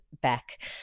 back